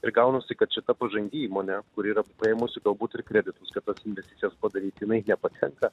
ir gaunasi kad šita pažangi įmonė kuri yra paėmusi galbūt ir kreditus kad tas investicijas padaryt jinai nepatenka